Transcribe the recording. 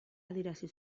adierazi